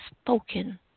spoken